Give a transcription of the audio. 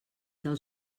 del